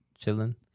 chilling